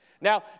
Now